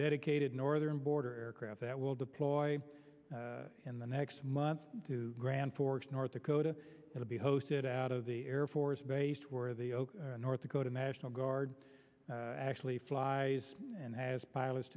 dedicated northern border aircraft that will deploy in the next month to grand forks north dakota will be hosted out of the air force base where the north dakota national guard actually flies and has pilots